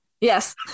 Yes